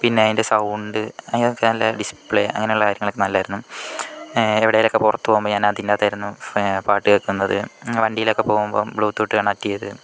പിന്നെ അതിൻ്റെ സൗണ്ട് നല്ല ഡിസ്പ്ലെ അങ്ങനെയുള്ള കാര്യങ്ങളൊക്കെ നല്ലതായിരുന്നു എവിടെയെങ്കിലും പുറത്ത് പോകുമ്പോൾ അതിൻറകത്തായിരുന്നു പാട്ട് കേൾക്കുന്നത് വണ്ടിയിലൊക്കെ പോകുമ്പോൾ ബ്ലൂ ടൂത്ത് കണക്ട് ചെയ്ത്